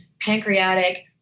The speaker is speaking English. pancreatic